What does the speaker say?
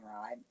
ride